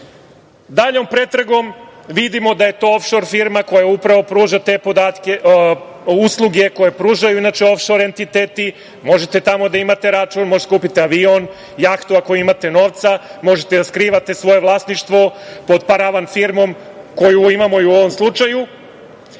ga. Daljom pretragom vidimo da je to ofšor firma koja upravo pruža te podatke, usluge koje pružaju ofšor entiteti. Možete tamo da imate račun, možete da kupite avion, jahtu ako imate novca, možete da skrivate svoje vlasništvo pod paravan firmom koju imamo u ovom slučaju.